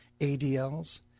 ADLs